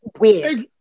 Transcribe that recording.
weird